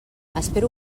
espero